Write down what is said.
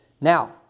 now